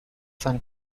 son